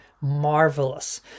marvelous